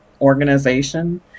organization